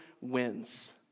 wins